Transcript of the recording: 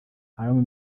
alarm